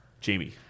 Jamie